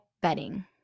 bedding